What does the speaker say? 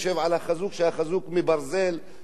שה"חזוק" מברזל ולא מעץ,